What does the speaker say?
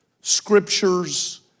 scriptures